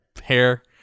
hair